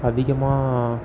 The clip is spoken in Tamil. அதிகமாக